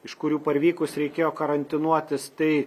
iš kurių parvykus reikėjo karantinuotis tai